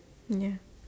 ya